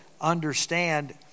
understand